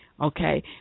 okay